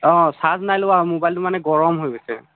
অ charge নাই লোৱা মোবাইলটো মানে গৰম হৈ গৈছে